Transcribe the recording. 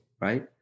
right